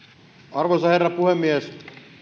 arvoisa herra puhemies